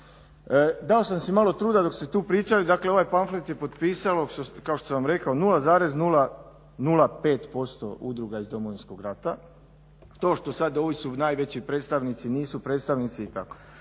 Dao sam si malo truda dok ste tu pričali, dakle ovaj pamflet je potpisalo kao što sam rekao 0,005% udruga iz Domovinskog rata. To što sada ovo su najveći predstavnici, nisu predstavnici i tako.